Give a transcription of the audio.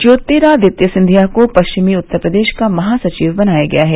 ज्येतिरादित्य सिंधिया को पश्चिमी उत्तर प्रदेश का महासचिव बनाया गया है